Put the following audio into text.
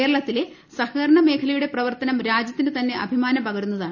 കേരളത്തിലെ സഹകരണ മേഖലയുടെ പ്രവർത്തനം രാജ്യത്തിന് തന്നെ അഭിമാനം പകരുന്നതാണ്